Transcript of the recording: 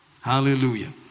Hallelujah